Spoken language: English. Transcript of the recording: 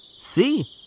See